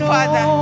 Father